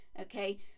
okay